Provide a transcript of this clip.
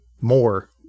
more